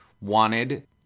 wanted